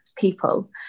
People